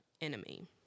enemy